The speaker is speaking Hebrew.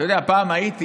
פעם הייתי